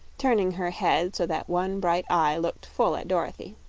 turning her head so that one bright eye looked full at dorothy.